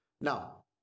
Now